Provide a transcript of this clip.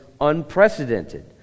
unprecedented